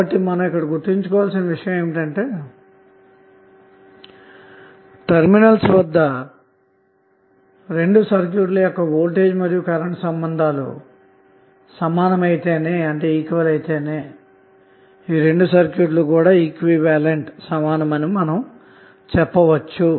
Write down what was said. కాబట్టి మీరు గుర్తు ఉంచుకోవాల్సిన విషయం ఏమిటంటే టెర్మినల్స్ వద్ద రెండు సర్క్యూట్ ల యొక్క వోల్టేజ్ మరియు కరెంటు సంబంధాలు సమానమైతేనే ఈ రెండు సర్క్యూట్ లు కూడా సమానమని మనం చెప్పవచ్చు